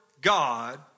God